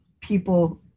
people